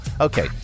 Okay